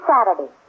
Saturday